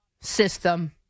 system